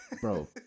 Bro